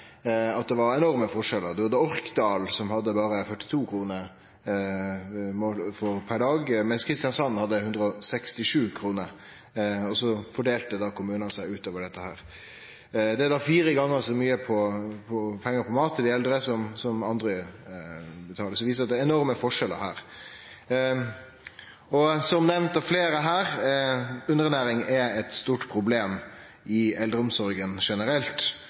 at det var enorme forskjellar. Orkdal brukte berre 42 kr per dag, mens Kristiansand brukte 167 kr – og så fordelte kommunane seg innanfor dette spennet. Enkelte kommunar brukte fire gonger så mykje pengar på mat til dei eldre som andre, så det viser at det er enorme forskjellar her. Som nemnt av fleire her, er underernæring eit stort problem i eldreomsorga generelt,